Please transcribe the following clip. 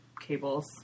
cables